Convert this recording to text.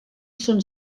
són